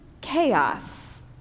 chaos